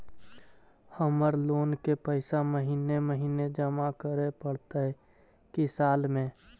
हमर लोन के पैसा महिने महिने जमा करे पड़तै कि साल में?